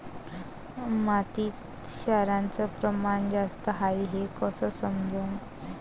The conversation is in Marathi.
मातीत क्षाराचं प्रमान जास्त हाये हे कस समजन?